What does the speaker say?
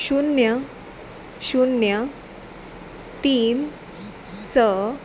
शुन्य शुन्य तीन स